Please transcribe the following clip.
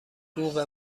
بوق